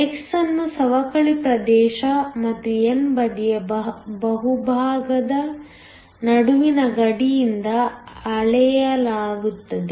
x ಅನ್ನು ಸವಕಳಿ ಪ್ರದೇಶ ಮತ್ತು n ಬದಿಯ ಬಹುಭಾಗದ ನಡುವಿನ ಗಡಿಯಿಂದ ಅಳೆಯಲಾಗುತ್ತದೆ